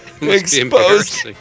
Exposed